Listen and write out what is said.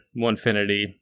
Onefinity